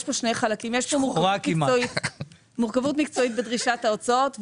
יש פה שני חלקים: יש פה מורכבות מקצועית בדרישת ההוצאות,